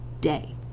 day